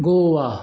Goa